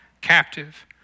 captive